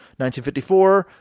1954